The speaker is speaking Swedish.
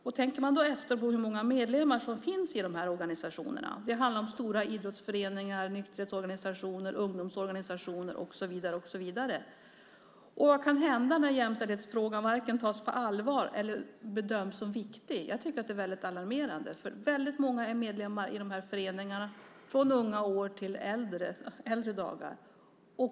Låt oss tänka efter hur många medlemmar som finns i organisationerna - stora idrottsföreningar, nykterhetsorganisationer, ungdomsorganisationer och så vidare. Vad kan hända när jämställdhetsfrågan inte vare sig tas på allvar eller bedöms som viktig? Det är alarmerande. Många är medlemmar i föreningarna från unga år till äldre dagar.